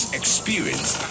experience